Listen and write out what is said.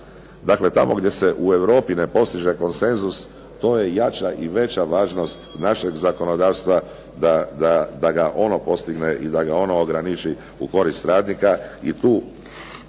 Dakle, tamo gdje se u Europi ne postiže konsenzus to je jača i veća važnost našeg zakonodavstva da ga ono postigne i da ga ono ograniči u korist radnika. I tu